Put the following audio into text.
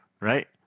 right